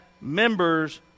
members